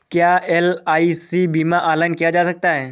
क्या एल.आई.सी बीमा ऑनलाइन किया जा सकता है?